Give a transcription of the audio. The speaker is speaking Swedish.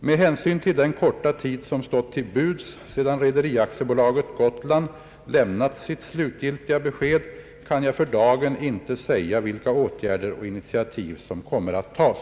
Med hänsyn till den korta tid som stått till buds sedan Rederi AB Gotland lämnat sitt slutgiltiga besked kan jag för dagen inte säga vilka åtgärder och initiativ som kommer att tas.